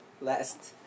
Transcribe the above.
last